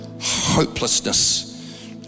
Hopelessness